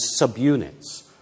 subunits